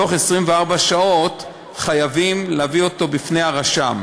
בתוך 24 שעות חייבים להביא אותו בפני הרשם.